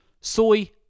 soy